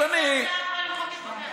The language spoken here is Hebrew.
איזו הצעה עברה למחוק את בג"ץ?